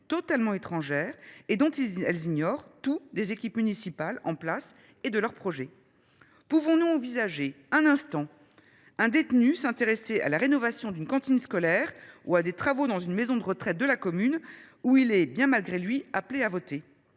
totalement étrangères et dont elles ignorent tout des équipes municipales en place et de leurs projets. Peut on réellement envisager qu’un détenu puisse s’intéresser à la rénovation d’une cantine scolaire ou à des travaux dans une maison de retraite de la commune où il est, bien malgré lui, appelé à voter ?